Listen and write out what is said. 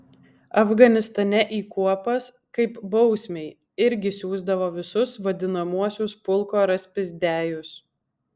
afganistane į kuopas kaip bausmei irgi siųsdavo visus vadinamuosius pulko raspizdiajus